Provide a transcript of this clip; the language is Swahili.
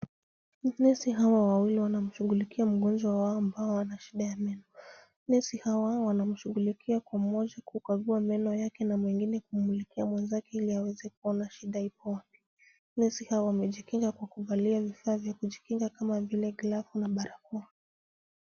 Manesi hawa wawili wanamshughulikia mgonjwa wao ambaye ana shida ya meno. Nesi hawa wanamshughulikia pamoja kwa kukagua meno yake na mwingine kumlikia mwenzake ili aweze kuona shida iko wapi. Nesi hawa wamejikinga kwa kuvalia vifaa vya kujikinga kama vile glavu na barakoa.